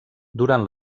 durant